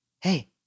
hey